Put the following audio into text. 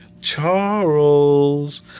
Charles